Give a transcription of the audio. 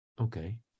Okay